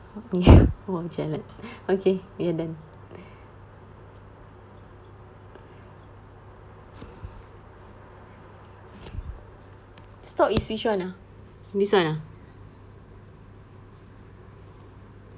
oh jialat okay we're done stop is which one ah this one ah